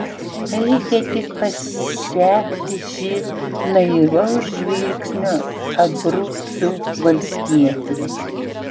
reikia tik pasekti šį naivaus žvilgsnio abrucų valstietį